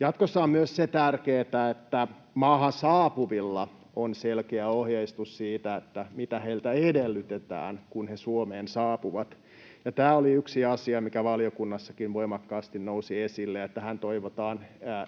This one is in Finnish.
Jatkossa on tärkeätä myös se, että maahan saapuvilla on selkeä ohjeistus siitä, mitä heiltä edellytetään, kun he Suomeen saapuvat. Tämä oli yksi asia, mikä valiokunnassakin voimakkaasti nousi esille, ja tähän toivotaan